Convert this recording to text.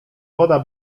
woda